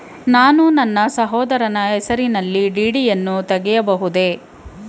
ನಾನು ನನ್ನ ಸಹೋದರನ ಹೆಸರಿನಲ್ಲಿ ಡಿ.ಡಿ ಯನ್ನು ತೆಗೆಯಬಹುದೇ?